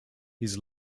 his